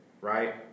Right